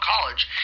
College